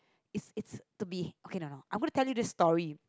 it's it's to be okay no no I want to tell you this story